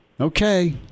Okay